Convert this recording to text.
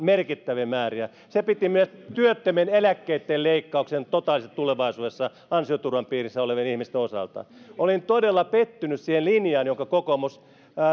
merkittäviä määriä leikkauksia työttömien turvaan se piti sisällään myös työttömien eläkkeitten leikkauksen totaalisesti tulevaisuudessa ansioturvan piirissä olevien ihmisten osalta olin todella pettynyt siihen linjaan jonka kokoomus